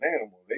animal